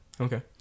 Okay